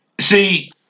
See